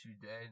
today